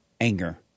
anger